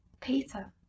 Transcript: Peter